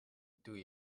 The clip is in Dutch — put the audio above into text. doe